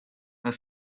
are